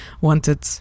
wanted